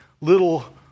little